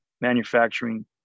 manufacturing